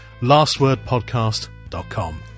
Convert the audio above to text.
lastwordpodcast.com